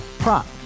Prop